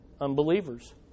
unbelievers